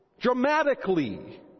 Dramatically